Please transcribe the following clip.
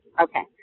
Okay